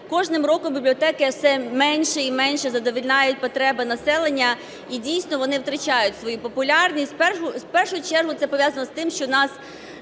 кожним роком бібліотеки все менше і менше задовольняють потреби населення. І дійсно, вони втрачають свою популярність. В першу чергу це пов'язано з тим, що у нас